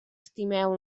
estimeu